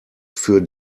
für